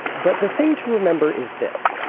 but the thing to remember is this,